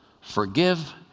Forgive